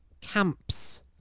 camps